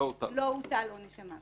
לא הוטל עונש המוות.